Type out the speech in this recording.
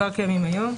כבר קיימים היום,